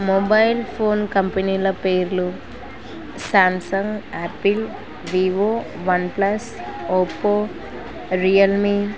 mobile phone కంపెనీల పేర్లు Samsung Apple Vivo OnePlus Oppo Realme